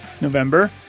November